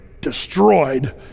destroyed